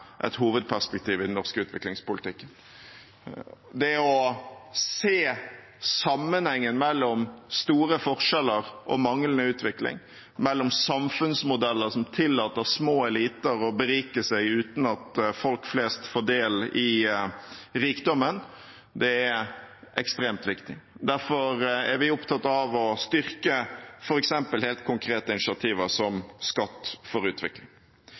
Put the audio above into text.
et hovedperspektiv i norsk utviklingspolitikk. Det å se sammenhengen mellom store forskjeller og manglende utvikling, mellom samfunnsmodeller som tillater små eliter å berike seg uten at folk flest får del i rikdommen, er ekstremt viktig. Derfor er vi opptatt av å styrke f.eks. helt konkrete initiativer, som Skatt for utvikling.